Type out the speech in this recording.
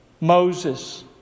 Moses